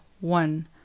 one